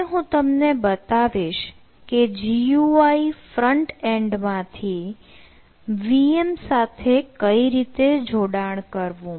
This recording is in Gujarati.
હવે હું તમને બતાવીશ કે GUI ફ્રન્ટ એન્ડ માંથી VM સાથે કઈ રીતે જોડાણ કરવું